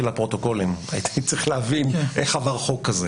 לפרוטוקולים כי הייתי צריך להבין איך עבר חוק כזה